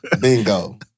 Bingo